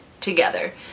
together